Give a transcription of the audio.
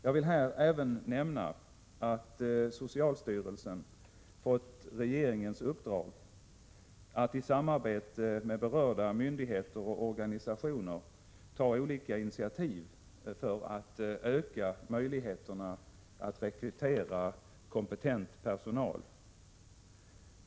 Jag vill här även nämna att socialstyrelsen fått regeringens uppdrag att i samarbete med berörda myndigheter och organisationer ta olika initiativ för att öka möjligheterna att rekrytera kompetent personal till hemtjänsten.